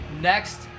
next